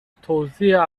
توزیع